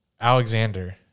Alexander